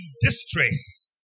distress